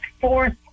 fourth